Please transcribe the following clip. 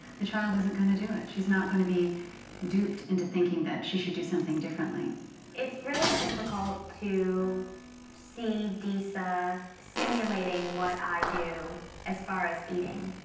the child isn't gonna do it. she's not gonna be duped into thinking that she should do something differently. kelly it's really difficult to see disa simulating what i do as far as eating.